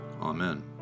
Amen